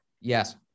Yes